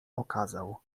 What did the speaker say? okazał